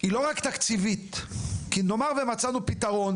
היא לא רק תקציבית; נאמר ומצאנו פתרון